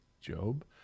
Job